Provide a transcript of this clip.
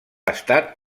estat